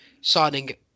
signing